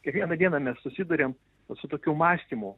kiekvieną dieną mes susiduriam su tokiu mąstymu